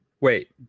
Wait